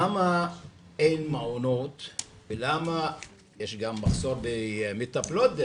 למה יש מחסור במטפלות?